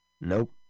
Nope